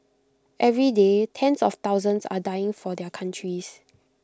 every day tens of thousands are dying for their countries